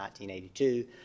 1982